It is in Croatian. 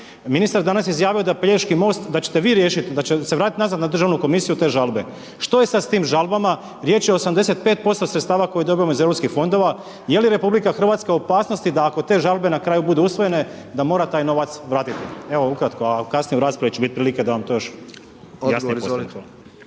izjavio da Pelješki most, da ćete vi riješiti, da će se vratiti nazad na državnu komisiju te žalbe. Što je sad sa tim žalbama, riječ je o 85% sredstava koje dobivamo iz europskih fondova? Je li RH u opasnosti da ako te žabe na kraju budu usvojene da mora taj novac vratiti? Evo ukratko a kasnije u raspravi će biti prilike da vam to još .../Govornik